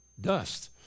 Dust